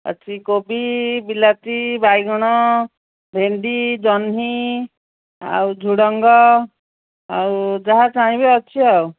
ଅଛି କୋବି ବିଲାତି ବାଇଗଣ ଭେଣ୍ଡି ଜହ୍ନି ଆଉ ଝୁଡ଼ଙ୍ଗ ଆଉ ଯାହା ଚାହିଁବେ ଅଛି ଆଉ